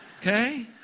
Okay